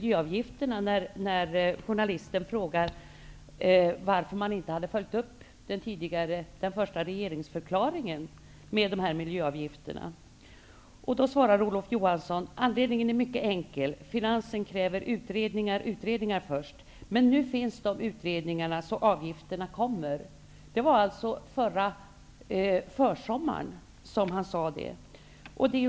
Journalisten frågar honom i artikeln varför inte regeringsförklaringen har följts upp i fråga om miljöavgifterna. Då svarar Olof Johansson att anledningen är mycket enkel. Finansen kräver utredningar först. Men nu finns utredningarna, och avgifter skall införas. Det här var förra försommaren som Olof Johansson sade detta.